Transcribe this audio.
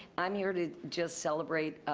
i'm here to just celebrate